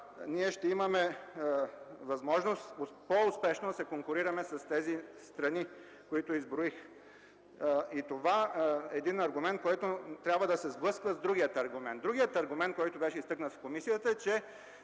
ще имаме възможност по-успешно да се конкурираме със страните, които изброих. Това е аргумент, който трябва да се сблъсква с другия аргумент. Другият аргумент, който беше изтъкнат в комисията, е, че